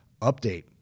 update